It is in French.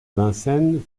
vincennes